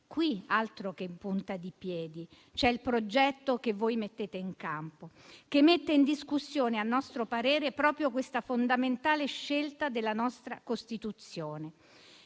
Qui, altro che in punta di piedi: il progetto che voi mettete in campo mette in discussione, a nostro parere, proprio questa fondamentale scelta della nostra Costituzione.